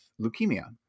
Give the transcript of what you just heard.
leukemia